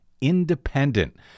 independent